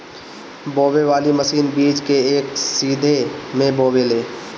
बोवे वाली मशीन बीज के एक सीध में बोवेले